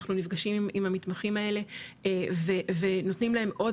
אנחנו נפגשים עם המתמחים האלה ונותנים להם עוד